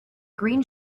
green